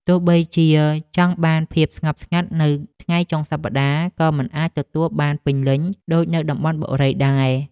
ទោះបីជាចង់បានភាពស្ងប់ស្ងាត់នៅថ្ងៃចុងសប្តាហ៍ក៏មិនអាចទទួលបានពេញលេញដូចនៅតំបន់បុរីដែរ។